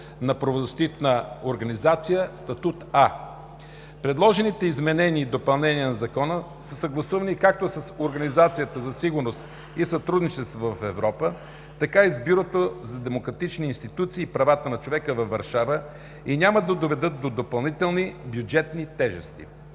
на правозащитна организация – статут „А”. Предложените изменения и допълнения на Закона са съгласувани както с Организацията за сигурност и сътрудничество в Европа, така и с Бюрото за демократични институции и права на човека във Варшава и няма да доведат до допълнителни бюджетни тежести.